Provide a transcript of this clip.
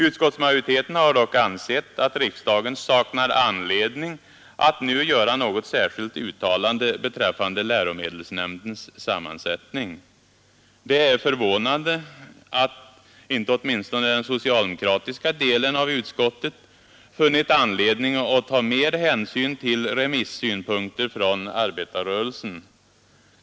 Utskottsmajoriteten har dock ansett att riksdagen saknar anledning att nu göra något särskilt uttalande beträffande läromedelsnämndens sammansättning. Det är förvånande att inte åtminstone den socialdemokratiska delen av utskottet funnit anledning att ta mer hänsyn till remissynpunkter från arbetarrörelsen.